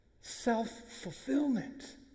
self-fulfillment